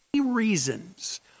reasons